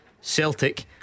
Celtic